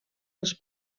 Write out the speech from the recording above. els